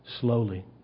Slowly